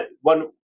One